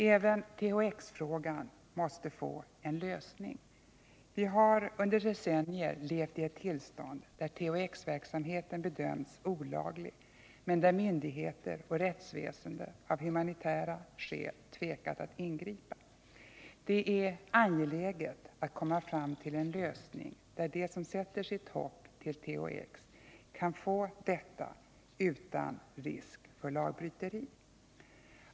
Även THX-frågan måste få en lösning. Vi har under decennier levt i ett tillstånd där THX-verksamheten bedömts olaglig men där myndigheter och rättsväsende av humanitära skäl tvekat att ingripa. Det är angeläget att komma fram till en lösning där de som sätter sitt hopp till THX kan få detta preparat utan risk för lagbryteri.